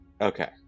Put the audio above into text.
okay